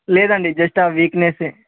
లేదండి జస్ట్ ఆ వీక్నెసే